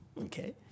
okay